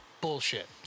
bullshit